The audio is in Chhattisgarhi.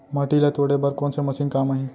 माटी ल तोड़े बर कोन से मशीन काम आही?